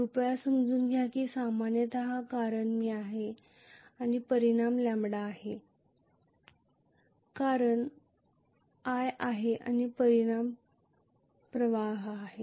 कृपया समजून घ्या की सामान्यत कारण i आहे आणि परिणाम λ आहे कारण i आहे आणि परिणाम प्रवाह आहे